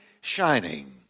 shining